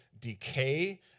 decay